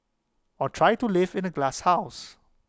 or try to live in A glasshouse